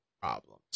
problems